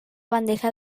bandeja